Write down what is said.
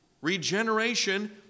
regeneration